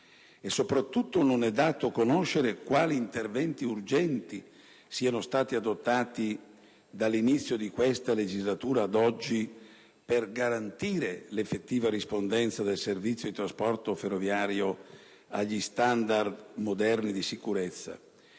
e, soprattutto, non è dato conoscere quali interventi urgenti siano stati adottati dall'inizio di questa legislatura ad oggi per garantire l'effettiva rispondenza del servizio di trasporto ferroviario agli standard moderni di sicurezza